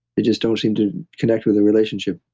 they just don't seem to connect with the relationship.